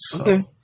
Okay